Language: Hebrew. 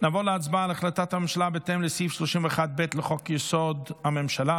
להצבעה על החלטת הממשלה בהתאם לסעיף 31(ב) לחוק-יסוד: הממשלה,